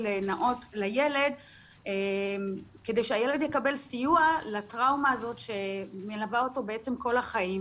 נאות לילד כדי שהילד יקבל סיוע לטראומה הזאת שמלווה אותו כל החיים,